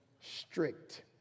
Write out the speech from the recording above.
strict